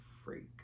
freak